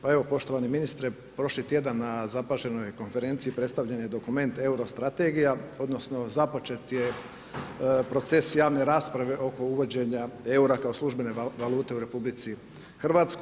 Pa evo, poštovani ministre, prošli tjedan na zapaženoj konferenciji predstavljen je dokument euro strategija odnosno započet je proces javne rasprave oko uvođenja eura kao službene valute u RH.